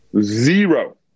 zero